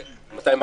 מתי?